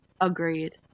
Agreed